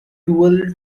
dual